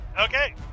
Okay